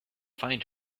find